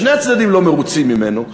שני הצדדים לא מרוצים ממנו,